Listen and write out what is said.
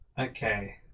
Okay